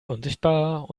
unsichtbar